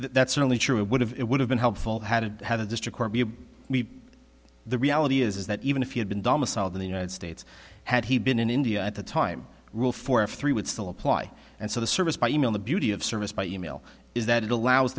that's certainly true it would have it would have been helpful had it had a district the reality is that even if he had been domiciled in the united states had he been in india at the time rule for three would still apply and so the service by e mail the beauty of service by email is that it allows